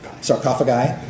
Sarcophagi